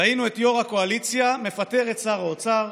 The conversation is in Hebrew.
ראינו את יו"ר הקואליציה מפטר את שר האוצר,